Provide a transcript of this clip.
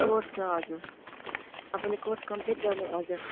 course छ हजुर तपाईँले कोर्स कम्प्लिट गर्नु हजुर